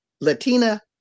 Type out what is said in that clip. Latina